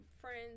friends